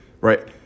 right